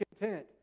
content